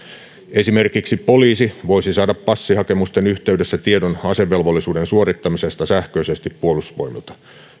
esimerkiksi poliisi voisi saada passihakemusten yhteydessä tiedon asevelvolli suuden suorittamisesta sähköisesti puolustusvoimilta